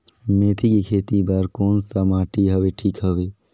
मेथी के खेती बार कोन सा माटी हवे ठीक हवे?